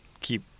keep